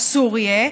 אסור יהיה,